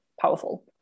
powerful